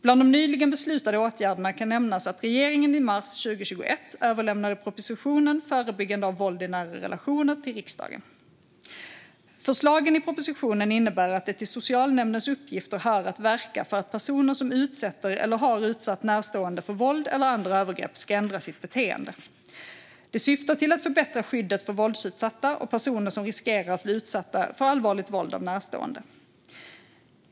Bland de nyligen beslutade åtgärderna kan nämnas att regeringen i mars 2021 överlämnade propositionen Förebyggande av våld i nära rela tioner till riksdagen. Förslagen i propositionen innebär att det till socialnämndens uppgifter hör att verka för att personer som utsätter eller har utsatt närstående för våld eller andra övergrepp ska ändra sitt beteende. Det syftar till att förbättra skyddet för våldsutsatta och personer som riskerar att bli utsatta för allvarligt våld av närstående.